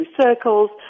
circles